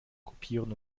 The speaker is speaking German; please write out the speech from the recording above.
kopieren